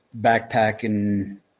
backpacking